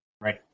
right